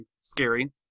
scary